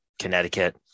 Connecticut